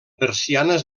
persianes